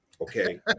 okay